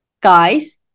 guys